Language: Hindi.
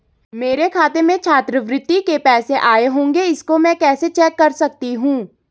मेरे खाते में छात्रवृत्ति के पैसे आए होंगे इसको मैं कैसे चेक कर सकती हूँ?